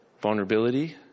vulnerability